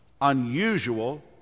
unusual